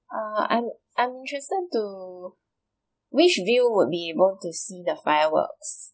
uh I'm I'm interested to which view would be able to see the fireworks